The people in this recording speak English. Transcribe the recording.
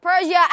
Persia